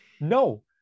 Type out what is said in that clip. No